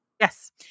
Yes